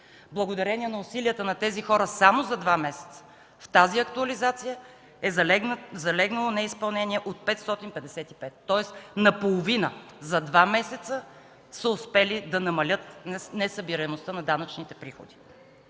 Благодарение на усилията на тези хора, само за два месеца в тази актуализация е залегнало неизпълнение от петстотин петдесет и пет, тоест наполовина са успели да намалят несъбираемостта на данъчните приходи.